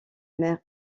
mère